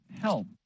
help